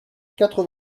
quatre